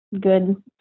good